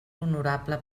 honorable